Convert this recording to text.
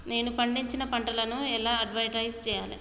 నేను పండించిన పంటను ఎలా అడ్వటైస్ చెయ్యాలే?